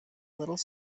little